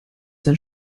sein